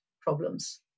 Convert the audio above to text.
problems